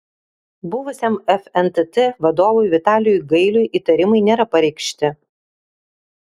buvusiam fntt vadovui vitalijui gailiui įtarimai nėra pareikšti